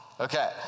okay